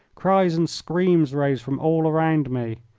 cries and screams rose from all around me.